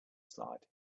slide